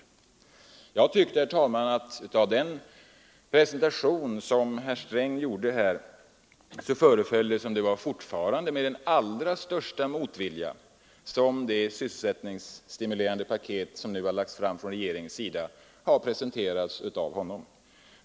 Onsdagen den Jag tycker, herr talman, att det av herr Strängs anförande föreföll som 30 januari 1974 om det fortfarande var med den allra största motvilja som han ——— presenterade det sysselsättningsstimulerande paket som regeringen lagt ONE ebai fram.